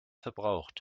verbraucht